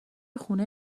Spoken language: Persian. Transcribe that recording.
خونه